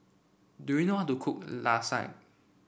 do you know how to cook Lasagne